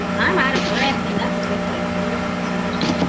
i'm out of breath and that's a good thing cause this is a superstar